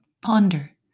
Ponder